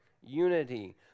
unity